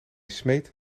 smeet